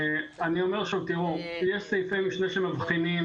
אני אומר שוב: יש סעיפי משנה שמבחינים